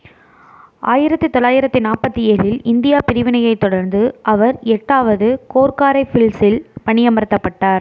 ஆயிரத்தி தொள்ளாயிரத்தி நாற்பத்தி ஏழில் இந்தியா பிரிவினையைத் தொடர்ந்து அவர் எட்டாவது கோர்க்காரை பிள்ஸில் பணி அமர்த்தப்பட்டார்